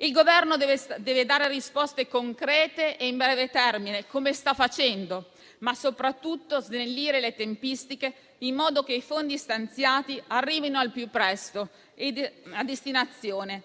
Il Governo deve dare risposte concrete e a breve termine, come sta facendo, ma soprattutto deve snellire le tempistiche, in modo che i fondi stanziati arrivino al più presto a destinazione